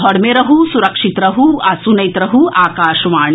घर मे रहू सुरक्षित रहू आ सुनैत रहू आकाशवाणी